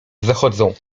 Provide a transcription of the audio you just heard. zachodzą